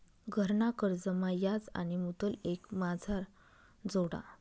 घरना कर्जमा याज आणि मुदल एकमाझार जोडा